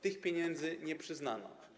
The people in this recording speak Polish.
Tych pieniędzy nie przyznano.